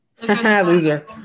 Loser